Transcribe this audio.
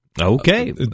Okay